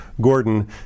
Gordon